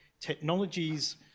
technologies